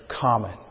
common